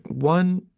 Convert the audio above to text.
one,